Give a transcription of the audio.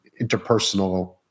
interpersonal